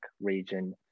region